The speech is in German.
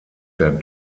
der